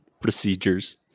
Procedures